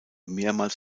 mehrmals